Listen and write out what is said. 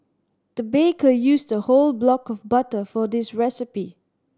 the baker used a whole block of butter for this recipe